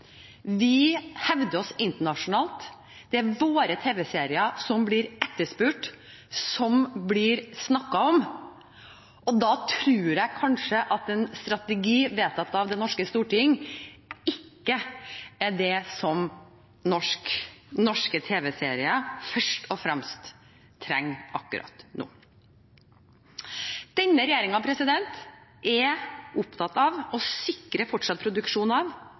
Vi hevder oss internasjonalt, det er våre tv-serier som blir etterspurt og snakket om. Da tror jeg kanskje at en strategi, vedtatt av det norske Stortinget, ikke er det norske tv-serier først og fremst trenger akkurat nå. Denne regjeringen er opptatt av å sikre fortsatt produksjon av